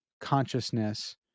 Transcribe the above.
consciousness